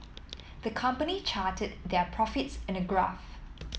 the company charted their profits in a graph